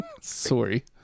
Sorry